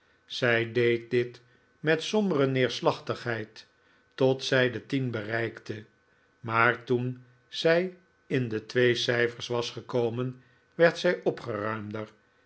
zij deed dit met sombere neerslachtigheid tot zij de tien bereikte maar toen zij in de twee cijfers was gekomen werd zij opgeruimder